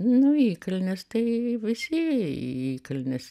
nu įkalnės tai visi į įkalnes